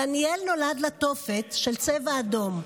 דניאל נולד לתופת של צבע אדום.